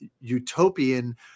utopian